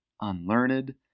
unlearned